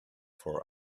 for